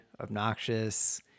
obnoxious